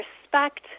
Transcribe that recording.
respect